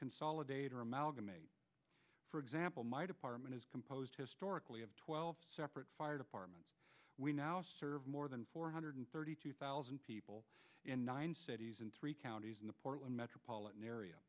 consolidate or amalgamate for example my department is composed historically of twelve separate fire departments we now serve more than four hundred thirty two thousand people in nine cities in three counties in the portland metropolitan area